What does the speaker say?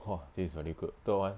!wah! this is very good third [one]